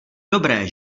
dobré